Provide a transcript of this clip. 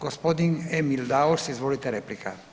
Gospodin Emil Daus, izvolite replika.